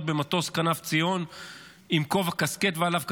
במטוס כנף ציון עם כובע קסקט ועליו כתוב,